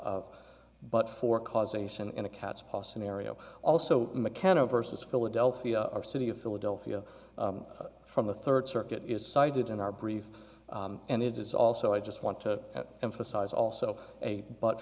of but for causation in a cat's paw scenario also mccann overseas philadelphia or city of philadelphia from the third circuit is cited in our brief and it is also i just want to emphasize also a but